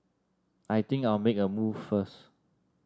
I think I'll make a move first